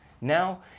Now